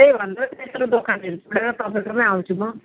त्यही भनेर त त्यत्रो दोकानहरू छोडेर तपाईँकोमै आउँछु म